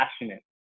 passionate